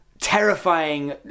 terrifying